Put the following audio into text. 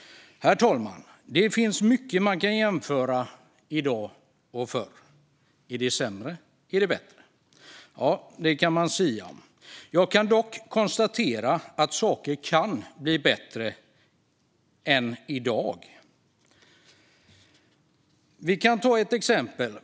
Herr talman! Det finns mycket i dag som man kan jämföra med hur det var förr. Är det sämre eller bättre? Det kan man orda om. Jag kan dock konstatera att saker kan bli bättre än de är i dag. Vi kan ta ett exempel.